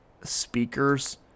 speakers